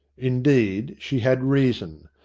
indeed she had reason.